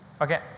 Okay